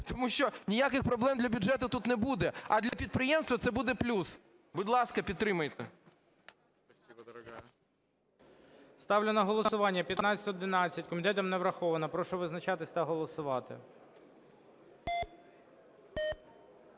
тому що ніяких проблем для бюджету тут не буде, а для підприємства це буде плюс. Будь ласка, підтримайте. ГОЛОВУЮЧИЙ. Ставлю на голосування 1511. Комітетом не врахована. Прошу визначатись та голосувати.